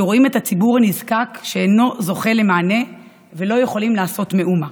שרואים את הציבור הנזקק שאינו זוכה למענה ולא יכולים לעשות מאומה.